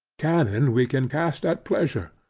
cannons we can cast at pleasure.